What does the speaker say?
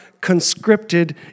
conscripted